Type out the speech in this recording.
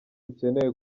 rukeneye